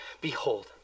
Behold